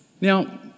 Now